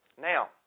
Now